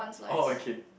orh okay